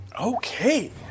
Okay